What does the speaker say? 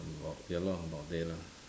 about ya lah about there lah